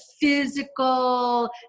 physical